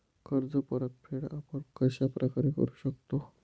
कर्ज परतफेड आपण कश्या प्रकारे करु शकतो?